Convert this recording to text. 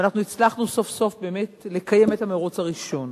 והצלחנו סוף סוף לקיים את המירוץ הראשון.